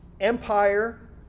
empire